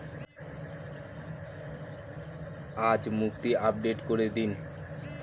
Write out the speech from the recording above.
আজ মুক্তি আপডেট করে দিন